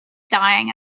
dying